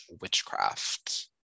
witchcraft